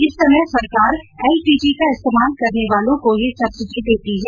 इस समय सरकार एलपीजी का इस्तेमाल करने वालों को ही सब्सिडी देती है